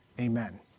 Amen